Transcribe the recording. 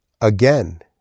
again